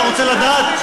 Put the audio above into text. אתה רוצה לדעת?